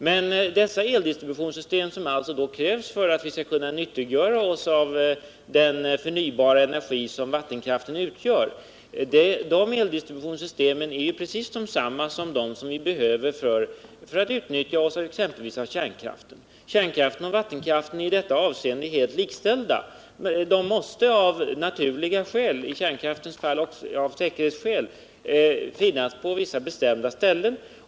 Men de eldistributionssystem som krävs för att vi skall kunna nyttiggöra oss den förnybara energi som vattenkraften utgör är precis desamma som de vi behöver för att utnyttja exempelvis kärnkraften. Kärnkraft och vattenkraft är i detta avseende helt likställda. Kraftkällorna måste av naturliga skäl, i kärnkraftens fall av säkerhetsskäl, finnas på vissa bestämda ställen.